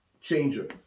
changer